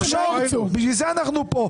נחשוב, לכן אנחנו כאן.